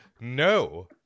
no